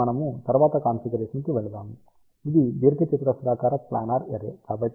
ఇప్పుడు మనము తరువాతి కాన్ఫిగరేషన్కి వెళ్దాము ఇది దీర్ఘచతురస్రాకార ప్లానార్ అర్రే